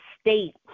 state